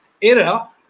era